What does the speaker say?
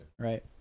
right